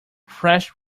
flash